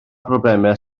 broblemau